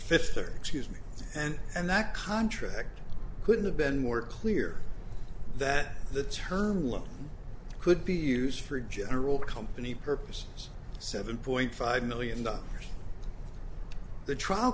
or excuse me and and that contract couldn't have been more clear that the term loan could be used for general company purposes seven point five million dollars the trial